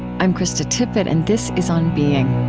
i'm krista tippett, and this is on being